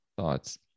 thoughts